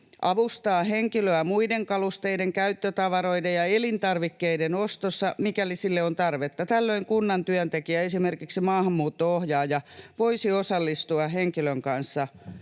avustaa henkilöä muiden kalusteiden, käyttötavaroiden ja elintarvikkeiden ostossa, mikäli sille on tarvetta. Tällöin kunnan työntekijä, esimerkiksi maahanmuutto-ohjaaja, voisi osallistua henkilön kanssa